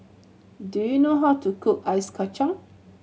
do you know how to cook Ice Kachang